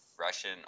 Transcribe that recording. Russian